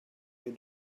you